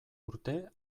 urte